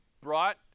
brought